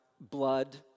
blood